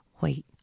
Wait